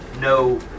no